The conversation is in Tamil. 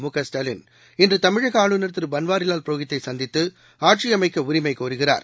மு க ஸ்டாலின் இன்றுதமிழகஆளுநர் திருபன்வாரிவால் புரோஹித்தைசந்தித்துஆட்சிஅமைக்கஉரிமைகோருகிறார்